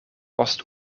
post